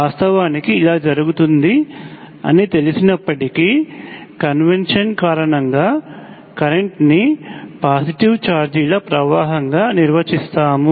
వాస్తవానికి ఇలా జరుగుతుంది అని తెలిసినప్పటికీ కన్వెన్షన్ కారణంగా కరెంట్ ని పాజిటివ్ ఛార్జ్ ల ప్రవాహం గా నిర్వచిస్తాము